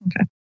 Okay